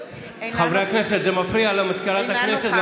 אינה נוכחת חברי הכנסת, זה מפריע למזכירת הכנסת.